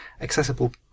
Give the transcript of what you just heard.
accessible